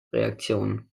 reaktion